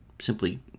simply